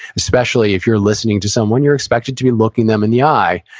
especially, if you're listening to someone, you're expected to be looking them in the eye.